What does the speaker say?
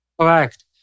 Correct